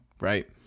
right